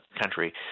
country